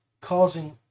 causing